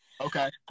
Okay